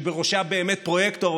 שבראשה באמת פרויקטור,